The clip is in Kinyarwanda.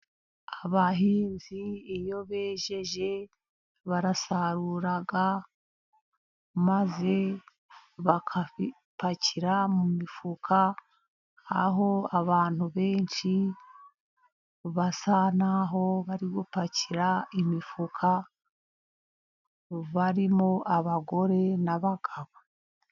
Abahinzi iyo bejeje barasarura, maze bakabipakira mu mifuka. Aho abantu benshi basa n'aho bari gupakira imifuka, barimo abagore n'abagabo.